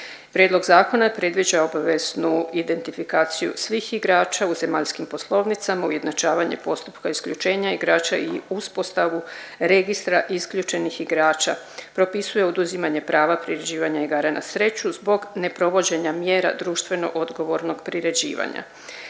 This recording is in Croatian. Prijedlog zakona predviđa obveznu identifikaciju svih igrača u zemaljskim poslovnicama, ujednačavanje postupka isključenja igrača i uspostavu Registra isključenih igrača, propisuje oduzimanje prava priređivanja igara na sreću zbog neprovođenja mjera društveno odgovornog priređivanja.